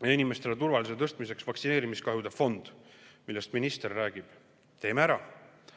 ja inimeste turvalisuse tõstmiseks [võiks olla] vaktsineerimiskahjude fond, millest minister räägib. Teeme ära!